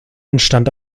entstand